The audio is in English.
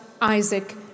Isaac